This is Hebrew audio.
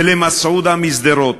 ולמסעודה משדרות,